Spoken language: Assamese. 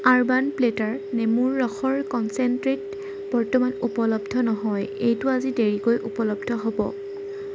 আৰ্বান প্লেটাৰ নেমুৰ ৰসৰ কনচেনট্ৰেড বৰ্তমান উপলব্ধ নহয় এইটো আজি দেৰিকৈ উপলব্ধ হ'ব